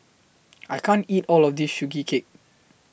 I can't eat All of This Sugee Cake